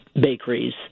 bakeries